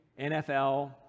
NFL